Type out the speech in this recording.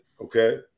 okay